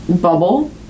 bubble